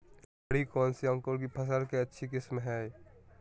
हरी कौन सी अंकुर की फसल के अच्छी किस्म है?